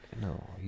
No